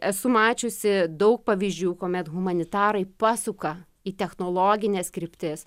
esu mačiusi daug pavyzdžių kuomet humanitarai pasuka į technologines kryptis